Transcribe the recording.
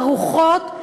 ערוכות,